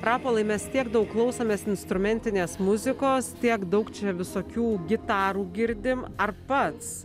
rapolai mes tiek daug klausomės instrumentinės muzikos tiek daug čia visokių gitarų girdim ar pats